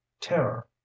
terror